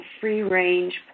free-range